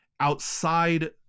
outside